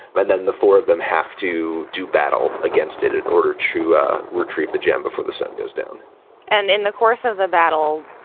but then the four of them have to do battle against it in order to retrieve the gem before the sun goes down and in the course of the battle,